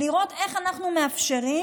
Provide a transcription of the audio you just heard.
לראות איך אנחנו מאפשרים